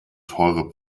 teure